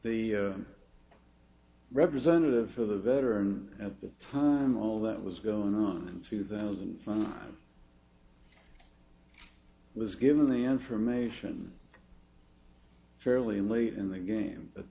the representative for the veteran at the time all that was going on in two thousand son was given the information fairly late in the game